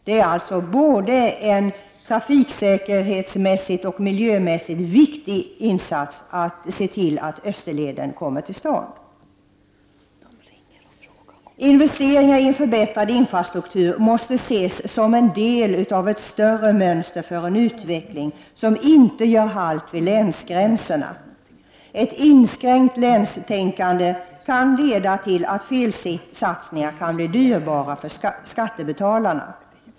Det är en både trafiksäkerhetsmässigt och miljömässigt viktig insats att se till att Österleden kommer till stånd. Investeringar i en förbättrad infrastruktur måste ses som en del av en utveckling som inte gör halt vid länsgränserna. Ett inskränkt länstänkande kan leda till felsatsningar, som kan bli dyrbara för skattebetalarna.